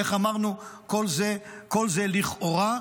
איך אמרנו, כל זה לכאורה.